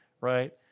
right